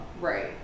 Right